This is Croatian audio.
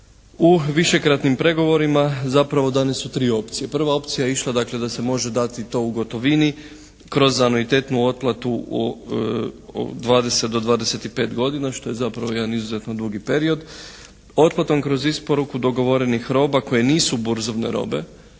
U višekratnim pregovorima zapravo dane su tri opcije. Prva opcija je išla dakle da se može dati to u gotovini kroz anuitetnu otplatu 20 do 25 godina što je zapravo jedan izuzetno dugi period, otplatom kroz isporuku dogovorenih roba koje nisu burzovne robe